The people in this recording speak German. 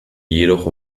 jedoch